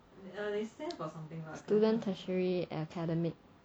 student tertiary academic